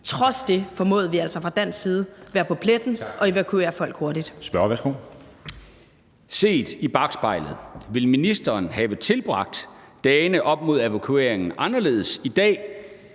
Trods det formåede vi altså fra dansk side at være på pletten og evakuere folk hurtigt.